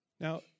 Now